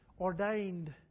ordained